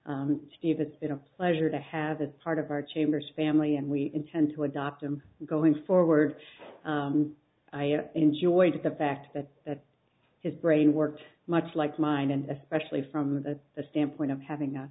steve it's been a pleasure to have a part of our chambers family and we intend to adopt him going forward i enjoy the fact that his brain works much like mine and especially from the standpoint of having a